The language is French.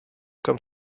comme